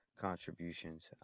contributions